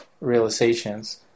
realizations